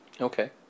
Okay